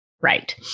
Right